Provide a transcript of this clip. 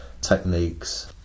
techniques